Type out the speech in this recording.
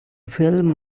film